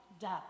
death